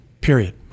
period